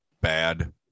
bad